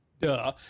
Duh